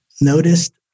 noticed